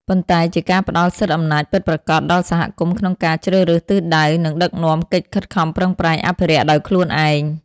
ប៉ុន្តែជាការផ្ដល់សិទ្ធិអំណាចពិតប្រាកដដល់សហគមន៍ក្នុងការជ្រើសរើសទិសដៅ និងដឹកនាំកិច្ចខិតខំប្រឹងប្រែងអភិរក្សដោយខ្លួនឯង។